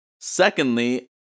Secondly